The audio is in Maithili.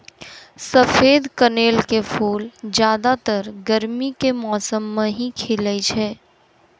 सफेद कनेल के फूल ज्यादातर गर्मी के मौसम मॅ ही खिलै छै